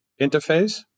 interface